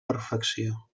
perfecció